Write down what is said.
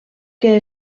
que